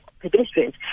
pedestrians